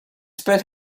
spent